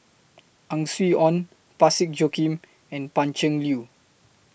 Ang Swee Aun Parsick Joaquim and Pan Cheng Lui